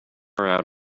out